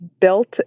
built